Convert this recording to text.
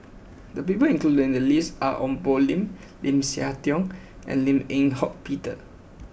the people included in the list are Ong Poh Lim Lim Siah Tong and Lim Eng Hock Peter